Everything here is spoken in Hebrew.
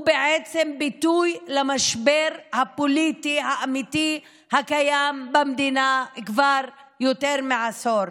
הוא בעצם ביטוי למשבר הפוליטי האמיתי הקיים במדינה כבר יותר מעשור.